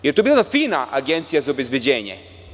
Jel to bila jedna fina agencija za obezbeđenje?